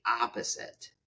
opposite